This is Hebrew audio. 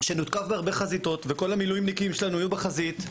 כשנותקף בהרבה חזיתות וכל המילואימניקים שלנו יהיו בחזית,